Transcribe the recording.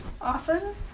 often